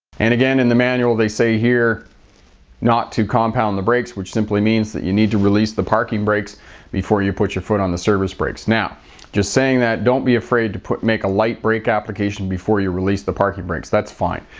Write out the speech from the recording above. and again in the manual they say here not to compound the brakes, which simply means that you need to release the parking brakes before you put your foot on the service brakes. now just saying that don't be afraid to put make a light brake application before you release the parking brakes that's fine.